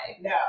No